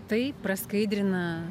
tai praskaidrina